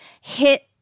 hit